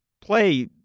play